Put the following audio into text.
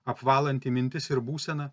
apvalantį mintis ir būseną